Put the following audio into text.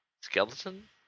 skeleton